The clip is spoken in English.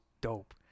dope